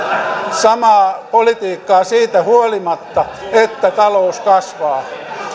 samaa politiikkaa siitä huolimatta että talous kasvaa